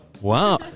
Wow